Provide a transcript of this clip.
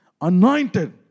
anointed